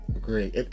Great